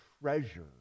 treasure